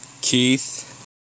Keith